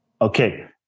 okay